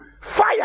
Fire